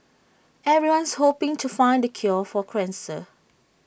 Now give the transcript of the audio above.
everyone's hoping to find the cure for cancer